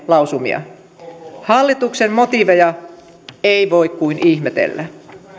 lausumia hallituksen motiiveja ei voi kuin ihmetellä